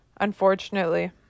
Unfortunately